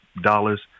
dollars